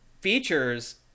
features